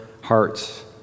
hearts